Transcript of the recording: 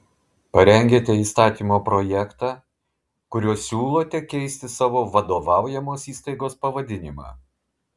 parengėte įstatymo projektą kuriuo siūlote keisti savo vadovaujamos įstaigos pavadinimą